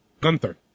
Gunther